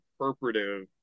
interpretive